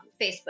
Facebook